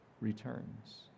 returns